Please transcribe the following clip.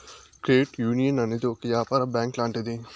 credit union అనేది ఒక యాపార బ్యాంక్ లాంటిది